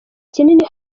kinini